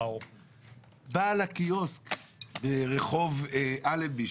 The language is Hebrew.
בעל הקיוסק ברחוב אלנבי,